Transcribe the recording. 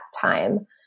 time